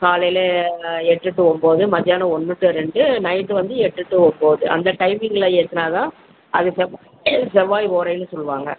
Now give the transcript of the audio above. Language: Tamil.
காலையில் எட்டு டு ஒன்போது மதியானம் ஒன்று ரெண்டு நைட்டு வந்து எட்டு டு ஒன்போது அந்த டைமிங்கில் ஏற்றினா தான் அது செவ்வாய் செவ்வாய் ஓலையில் சொல்லுவாங்க